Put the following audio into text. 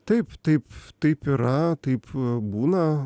taip taip taip yra taip būna